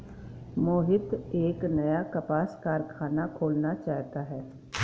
मोहित एक नया कपास कारख़ाना खोलना चाहता है